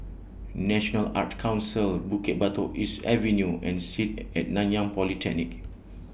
National Arts Council Bukit Batok East Avenue and Sit At Nanyang Polytechnic